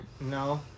No